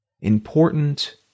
Important